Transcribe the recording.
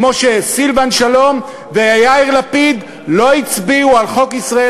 כמו שסילבן שלום ויאיר לפיד לא הצביעו על חוק "ישראל